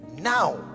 now